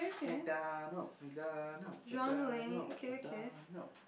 MacDonalds MacDonalds MacDonalds Mac Donalds'